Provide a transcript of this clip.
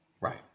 Right